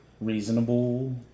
reasonable